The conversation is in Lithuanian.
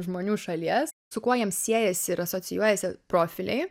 žmonių iš šalies su kuo jiems siejasi ir asocijuojasi profiliai